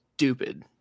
stupid